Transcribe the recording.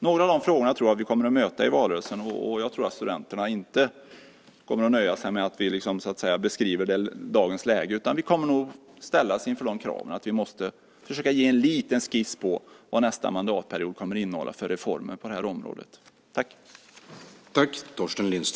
Några av de här frågorna tror jag att vi kommer att möta i valrörelsen, och studenterna kommer inte att nöja sig med att vi beskriver dagens läge. Vi kommer nog att ställas inför kraven att ge en liten skiss på vilka reformer nästa mandatperiod kommer att innehålla på det här området.